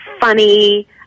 funny